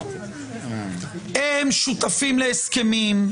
הם שותפים להסכמים,